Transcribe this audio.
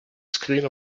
screen